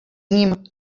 nim